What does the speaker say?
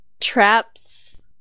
Traps